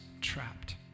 trapped